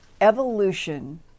evolution